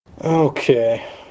Okay